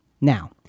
Now